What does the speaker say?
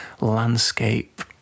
landscape